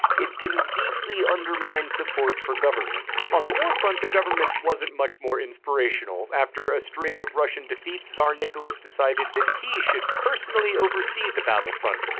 it can deeply undermine support for governments. on the warfront, the government wasn't much more inspirational. after a string of russian defeats, czar nicholas decided that he should personally oversee the battlefront,